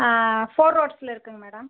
four ரோட்ஸில் இருக்குதுங்க madam